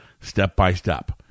step-by-step